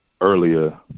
earlier